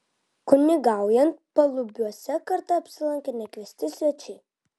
kunigaujant palubiuose kartą apsilankė nekviesti svečiai